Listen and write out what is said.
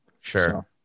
sure